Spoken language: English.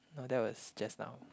no that was just now